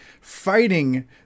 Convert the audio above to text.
fighting